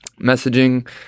messaging